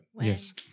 Yes